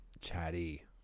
Chatty